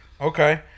Okay